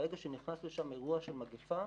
ברגע שנכנס לשם אירוע של מגפה,